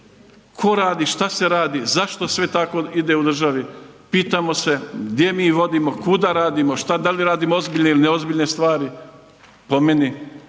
Ko radi, šta se radi, zašto sve tako ide u državi, pitamo se, gdje mi vodimo, kuda radimo, da li radimo ozbiljne ili neozbiljne stvari? Po meni